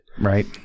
Right